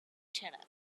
terrace